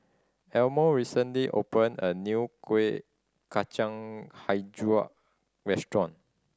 Elmo recently opened a new Kuih Kacang Hijau restaurant